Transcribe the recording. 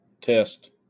test